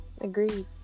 Agreed